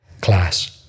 Class